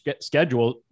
schedule